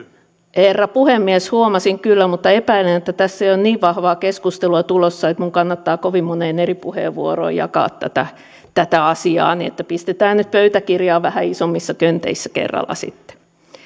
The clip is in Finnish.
herra puhemies huomasin kyllä mutta epäilen että tässä ei ole niin vahvaa keskustelua tulossa että minun kannattaa kovin moneen eri puheenvuoroon jakaa tätä tätä asiaa niin että pistetään nyt pöytäkirjaan vähän isommissa könteissä kerralla sitten